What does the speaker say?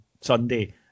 Sunday